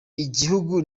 igihugu